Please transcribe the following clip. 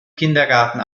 kindergarten